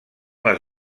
les